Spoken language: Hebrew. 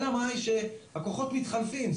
אלא מה שהכוחות מתחלפים,